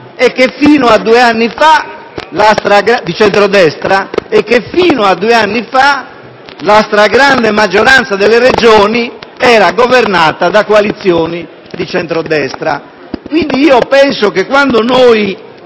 e che, fino a due anni fa, la stragrande maggioranza delle Regioni era governata da coalizioni di centro-destra.